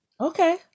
okay